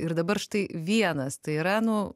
ir dabar štai vienas tai yra nu